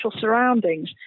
surroundings